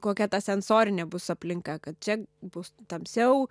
kokia ta sensorinė bus aplinka kad čia bus tamsiau